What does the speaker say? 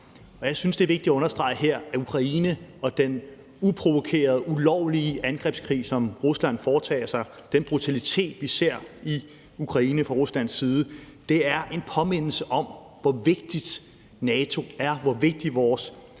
jeg synes, det er vigtigt at understrege her, at Ukraine og den uprovokerede, ulovlige angrebskrig, som Rusland foretager, den brutalitet, vi ser i Ukraine fra Ruslands side, er en påmindelse om, hvor vigtigt NATO er, hvor vigtigt vores